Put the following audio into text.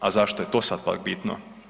A zašto je to sad pak bitno?